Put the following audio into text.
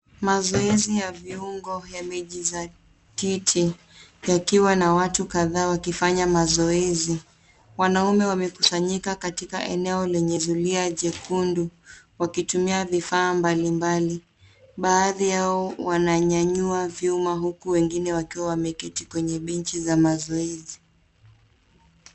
Mazoezi ya viungo yamejisatiti yakiwa na watu kadhaa wakifanya mazoezi. Wanaume wamekusanyika katika eneo lenye zulia jekundu wakitumia vifaa mbalimbali. Baadhi yao wananyanyua vyuma huku wengine wakiwa wameketi kwenye benji za mazoezi.